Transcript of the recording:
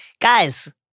Guys